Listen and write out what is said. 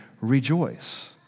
rejoice